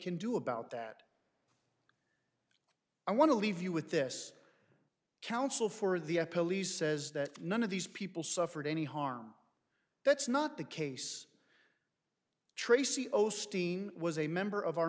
can do about that i want to leave you with this counsel for the police says that none of these people suffered any harm that's not the case tracy o'steen was a member of our